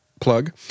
plug